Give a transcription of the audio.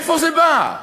מאיפה זה בא?